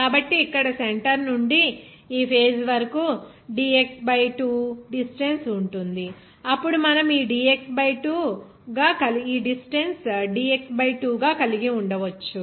కాబట్టి ఇక్కడ సెంటర్ నుండి ఈ ఫేస్ వరకు dx బై 2 డిస్టెన్స్ ఉంటుంది అప్పుడు మనం ఈ డిస్టెన్స్ dx బై 2 గా కలిగి ఉండవచ్చు